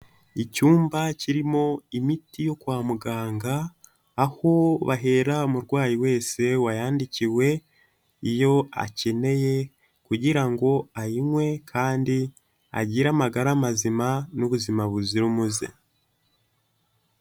Icyumba kirimo imiti yo kwa muganga, aho bahera umurwayi wese wayandikiwe iyo akeneye, kugira ngo ayinywe kandi agire amagara mazima n'ubuzima buzira umuze.